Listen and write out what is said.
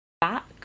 back